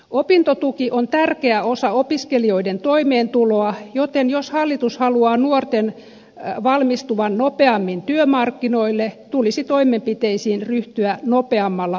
opintotuki on tärkeä osa opiskelijoiden toimeentuloa joten jos hallitus haluaa nuorten valmistuvan nopeammin työmarkkinoille tulisi toimenpiteisiin ryhtyä nopeammalla aikataululla